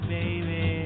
baby